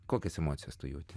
kokias emocijas tu jauti